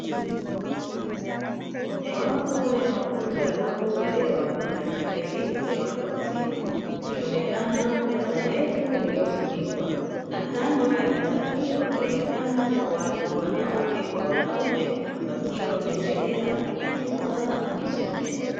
Mojawapo ya mafunzo yanayotolewa katika elimu ya watu wazima, kukionekana meza ndefu iliyofunikwa, na kando ya meza hiyo wakionekana watu wanawake kwa wanaume, wakiwa wanaendelea kujifunza na kujisomea.